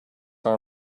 our